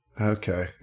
Okay